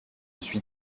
suis